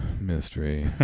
mystery